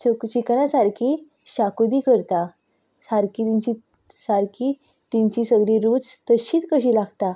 चिकना सारकी शाकोती करता सारकी तांची सगलीं तांची रूच तशीच कशी लागता